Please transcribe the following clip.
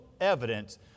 evidence